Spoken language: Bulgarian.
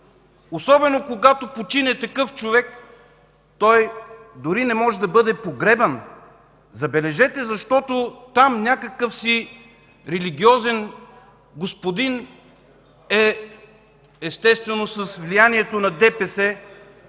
Особено когато почине такъв човек, той дори не може да бъде погребан, забележете, защото там някакъв си религиозен господин, естествено, с влиянието на ДПС,